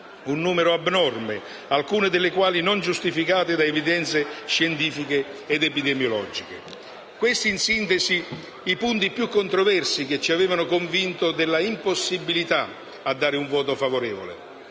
un numero abnorme, alcune delle quali non giustificate da evidenze scientifiche ed epidemiologiche. Questi, in sintesi, sono i punti più controversi che ci avevano convinto dell'impossibilità di esprimere un voto favorevole.